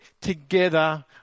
together